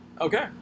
Okay